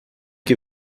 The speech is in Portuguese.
que